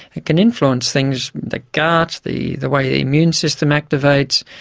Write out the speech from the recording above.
it can influence things, the gut, the the way the immune system activates,